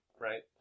right